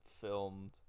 Filmed